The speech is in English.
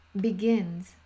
begins